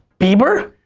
bieber?